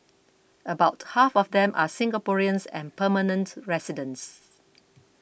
about half of them are Singaporeans and permanent residents